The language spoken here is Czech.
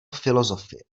filosofie